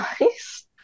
nice